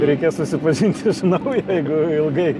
reikės susipažinti iš naujo jeigu ilgai